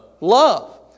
love